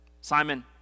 Simon